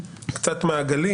קצת מעגלי